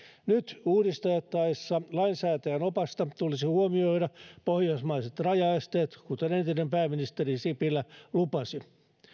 nyt uudistettaessa lainsäätäjän opasta tulisi huomioida pohjoismaiset rajaesteet kuten entinen pääministeri sipilä lupasi